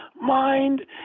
mind